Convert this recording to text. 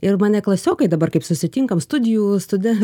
ir mane klasiokai dabar kaip susitinkam studijų stude